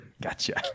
Gotcha